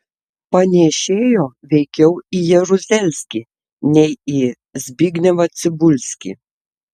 panėšėjo veikiau į jeruzelskį nei į zbignevą cibulskį